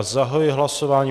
Zahajuji hlasování.